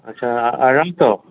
अच्छा अरिड़हं सौ